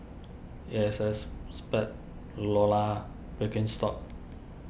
A S S Spade Lora Birkenstock